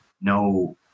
No